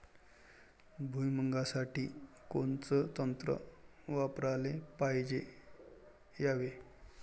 भुइमुगा साठी कोनचं तंत्र वापराले पायजे यावे?